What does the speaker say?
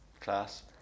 Class